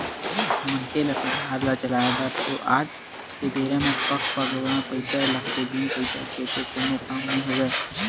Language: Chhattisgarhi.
मनखे ल परवार ल चलाय बर तो आज के बेरा म पग पग म पइसा लगथे बिन पइसा के तो कोनो काम नइ होवय